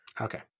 Okay